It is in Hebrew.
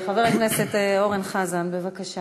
חבר הכנסת אורן חזן, בבקשה